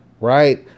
right